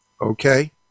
Okay